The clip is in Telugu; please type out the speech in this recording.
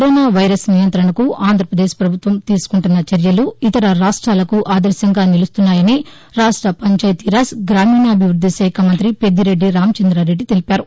కరోనా వైరస్ నియంతణకు ఆంధ్రాపదేశ్ పభుత్వం తీసుకుంటున్న చర్యలు ఇతర రాష్ట్రాలకు ఆదర్భంగా నిలుస్తున్నాయని రాష్ట పంచాయతీ రాజ్ గ్రామీణాభివృద్ది శాఖ మంత్రి పెద్దిరెడ్డి రామచంద్రారెడ్డి తెలిపారు